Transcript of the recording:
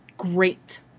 Great